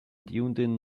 dunedin